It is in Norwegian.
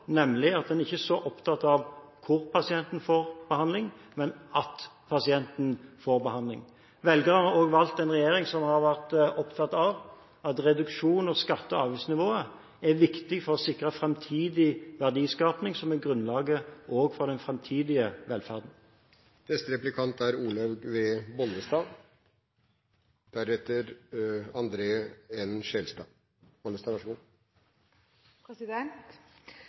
nemlig at en ikke er så opptatt av hvor pasienten får behandling, men at pasienten får behandling. Velgerne har også valgt en regjering som har vært opptatt av at reduksjon av skatte- og avgiftsnivået er viktig for å sikre framtidig verdiskaping, som også er grunnlaget for den framtidige velferden. Vi har en lang tradisjon i Norge for at det var frivillige organisasjoner og Kirken som så